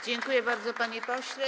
Dziękuję bardzo, panie pośle.